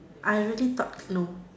I really thought no